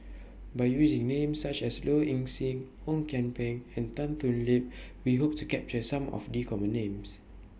By using Names such as Low Ing Sing Ong Kian Peng and Tan Thoon Lip We Hope to capture Some of The Common Names